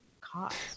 cost